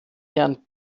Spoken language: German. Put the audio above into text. herren